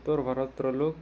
ଉତ୍ତର ଭାରତର ଲୋକ